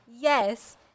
Yes